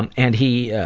and and he,